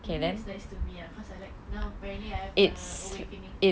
maybe it's nice to me ah cause I like now apparently I have awakening